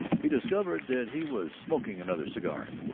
he discovered that he was smoking another cigar.